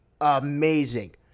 amazing